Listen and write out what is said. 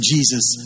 Jesus